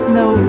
no